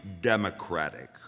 democratic